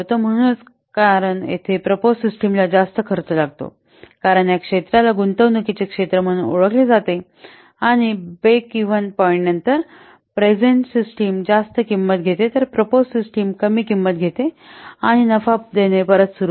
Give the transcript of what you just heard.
म्हणूनच कारण येथे प्रपोज सिस्टमला जास्त खर्च लागतो कारण या क्षेत्राला गुंतवणूकीचे क्षेत्र म्हणून ओळखले जाते आणि ब्रेक इव्हन पॉईंटनंतर प्रेझेन्ट सिस्टिम जास्त किंमत घेते तर प्रपोज सिस्टम कमी किंमत घेते आणि नफा परत देणे सुरू होते